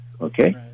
okay